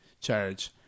charge